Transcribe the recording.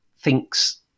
thinks